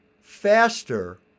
faster